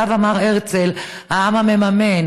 שעליו אמר הרצל: העם המממן,